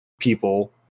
people